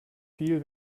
viel